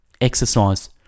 Exercise